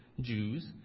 Jews